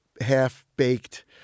half-baked